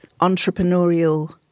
entrepreneurial